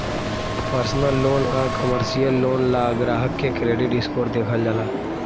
personal loan आ commercial loan ला ग्राहक के क्रेडिट स्कोर देखल जाला